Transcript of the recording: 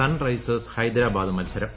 sun risers Hyderabad മത്സരം